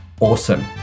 awesome